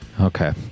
okay